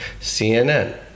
CNN